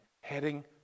heading